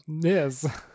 Yes